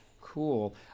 cool –